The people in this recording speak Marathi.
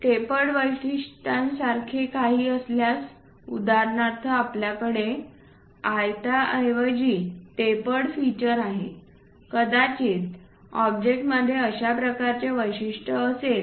टेपर्ड वैशिष्ट्यांसारखे काही असल्यास उदाहरणार्थ आपल्याकडे आयता ऐवजी टेपर्ड फीचर आहे कदाचित ऑब्जेक्टमध्ये अशा प्रकारचे वैशिष्ट्य असेल